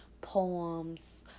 poems